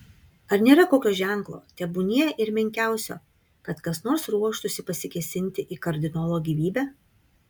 ar nėra kokio ženklo tebūnie ir menkiausio kad kas nors ruoštųsi pasikėsinti į kardinolo gyvybę